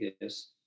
yes